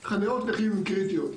חניות נכים הן קריטיות.